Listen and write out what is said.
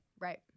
Right